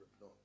no